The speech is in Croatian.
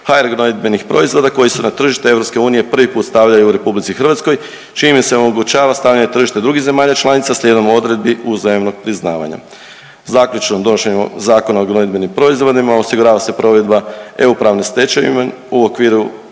HR gnojidbenih proizvoda koji su na tržište EU prvi put stavljaju u RH čime im se omogućava stavljanje na tržište drugih zemlja članica slijedom odredbi uzajamnog priznavanja. Zaključno, donošenjem Zakona o gnojidbenim proizvodima osigurava se provedba EU pravne stečevine u okviru